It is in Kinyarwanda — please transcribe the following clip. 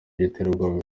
by’iterabwoba